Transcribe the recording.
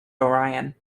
orion